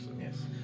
Yes